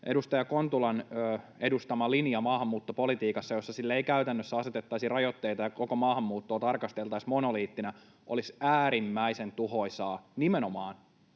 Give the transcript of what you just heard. edustaja Kontulan edustama linja maahanmuuttopolitiikassa, jossa sille ei käytännössä asetettaisi rajoitteita ja koko maahanmuuttoa tarkasteltaisiin monoliittina, olisi äärimmäisen tuhoisaa nimenomaan